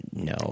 No